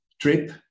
trip